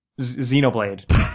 Xenoblade